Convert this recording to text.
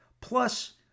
plus